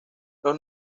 los